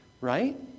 Right